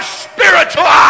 spiritual